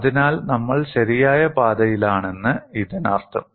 അതിനാൽ നമ്മൾ ശരിയായ പാതയിലാണെന്ന് ഇതിനർത്ഥം